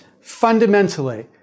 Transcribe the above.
fundamentally